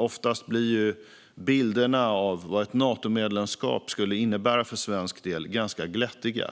Oftast blir bilderna av vad ett Natomedlemskap skulle innebära för svensk del ganska glättiga: